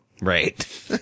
Right